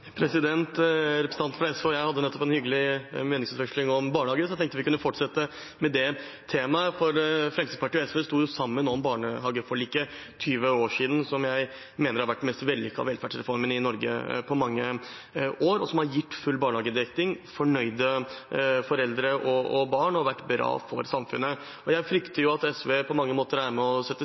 periode. Representanten fra SV og jeg hadde nettopp en hyggelig meningsutveksling om barnehager, så jeg tenkte vi kunne fortsette med det temaet. Fremskrittspartiet og SV sto for 20 år siden sammen om barnehageforliket, som jeg mener har vært den mest vellykkede velferdsreformen i Norge på mange år. Den har gitt full barnehagedekning, fornøyde foreldre og barn, og den har vært bra for samfunnet. Jeg frykter at SV på mange måter er med og